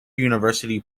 university